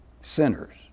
Sinners